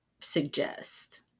suggest